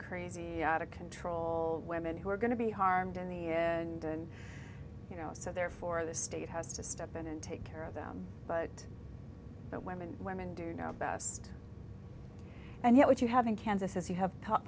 crazies out of control women who are going to be harmed in the end you know so therefore the state has to step in and take care of them but but women women do know best and you know what you have in kansas is you have